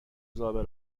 زابه